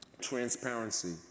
transparency